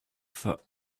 for